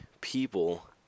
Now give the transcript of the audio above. people